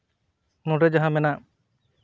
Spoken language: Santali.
ᱱᱚᱸᱰᱮ ᱡᱟᱦᱟᱸ ᱢᱮᱱᱟᱜ